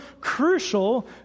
crucial